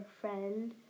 friend